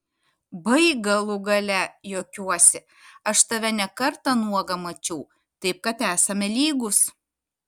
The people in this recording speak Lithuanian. baik galų gale juokiuosi aš tave ne kartą nuogą mačiau taip kad esame lygūs